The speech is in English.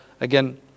Again